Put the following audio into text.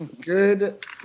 Good